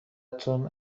تون